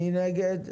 מי נגד?